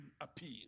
appeal